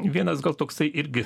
vienas gal toksai irgi